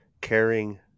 caring